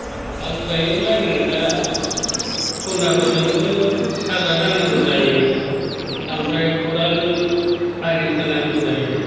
आलु गायोब्ला जों दा खन्थाफोरजोंबो हाग्रा दांनांगौ जायो ओमफ्राय खदालजों आलि खोनांगौ जायो